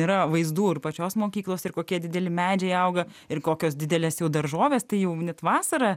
yra vaizdų ir pačios mokyklos ir kokie dideli medžiai auga ir kokios didelės jau daržovės tai jau net vasara